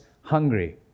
hungry